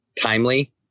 timely